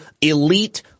elite